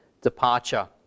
departure